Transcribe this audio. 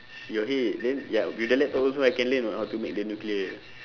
your head then ya with the laptop also I can learn [what] how to make the nuclear